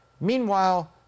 Meanwhile